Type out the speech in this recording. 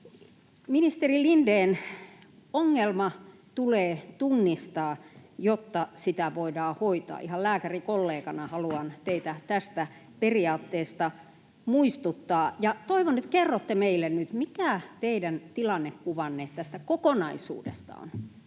Ministeri Lindén, ongelma tulee tunnistaa, jotta sitä voidaan hoitaa. Ihan lääkärikollegana haluan teitä tästä periaatteesta muistuttaa, ja toivon, että kerrotte meille nyt, mikä teidän tilannekuvanne tästä kokonaisuudesta on.